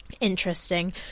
interesting